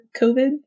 COVID